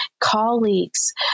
colleagues